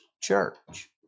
church